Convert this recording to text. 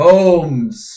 Holmes